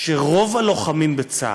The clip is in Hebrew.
שרוב הלוחמים בצה"ל,